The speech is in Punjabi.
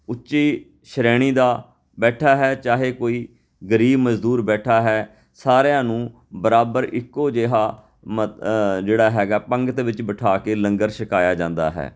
ਉੱਚੀ ਸ਼੍ਰੇਣੀ ਦਾ ਬੈਠਾ ਹੈ ਚਾਹੇ ਕੋਈ ਗਰੀਬ ਮਜ਼ਦੂਰ ਬੈਠਾ ਹੈ ਸਾਰਿਆਂ ਨੂੰ ਬਰਾਬਰ ਇੱਕੋ ਜਿਹਾ ਮ ਜਿਹੜਾ ਹੈਗਾ ਪੰਗਤ ਵਿੱਚ ਬਿਠਾ ਕੇ ਲੰਗਰ ਛਕਾਇਆ ਜਾਂਦਾ ਹੈ